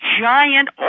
giant